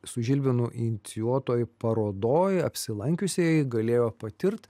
su žilvinu inicijuotoj parodoj apsilankiusieji galėjo patirt